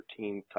13